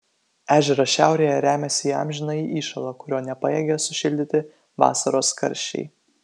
ežeras šiaurėje remiasi į amžinąjį įšąlą kurio nepajėgia sušildyti vasaros karščiai